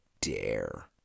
dare